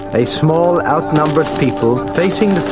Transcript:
a small, outnumbered people, facing